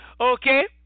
Okay